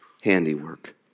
handiwork